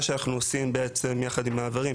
מה שאנחנו עושים בעצם יחד עם מעברים,